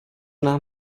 nám